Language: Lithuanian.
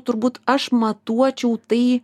turbūt aš matuočiau tai